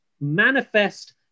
manifest